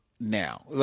now